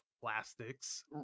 plastics